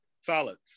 Solids